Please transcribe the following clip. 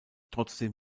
trotzdem